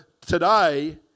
today